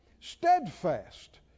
steadfast